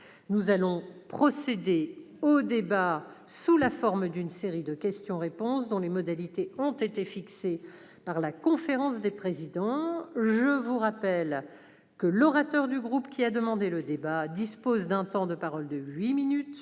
Nous allons procéder au débat sous la forme d'une série de questions-réponses dont les modalités ont été fixées par la conférence des présidents. Je rappelle que l'auteur de la demande dispose d'un temps de parole de huit minutes,